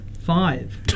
Five